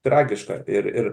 tragiška ir ir